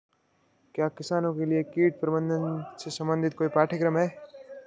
क्या किसानों के लिए कीट प्रबंधन से संबंधित कोई पाठ्यक्रम है?